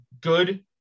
good